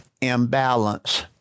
imbalance